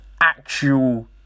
actual